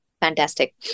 Fantastic